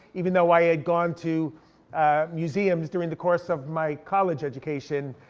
even though i had gone to museums during the course of my college education.